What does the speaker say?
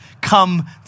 come